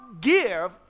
give